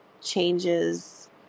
changes